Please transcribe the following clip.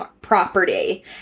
property